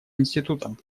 институтом